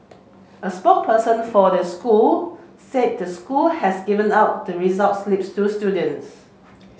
a spokesperson for the school said the school has given out the results slips to students